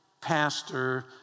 pastor